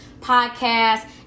podcast